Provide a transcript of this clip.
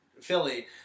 Philly